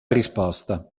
risposta